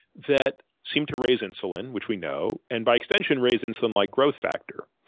that seems to raise insulin, which we know, and by extension raise insulin like growth factor.